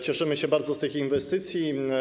Cieszymy się bardzo z tych inwestycji.